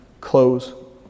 close